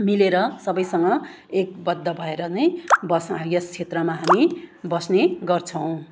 मिलेर सबैसँग एकबद्ध भएर नै बस् यस क्षेत्रमा हामी बस्ने गर्छौँ